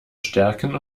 stärken